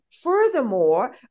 Furthermore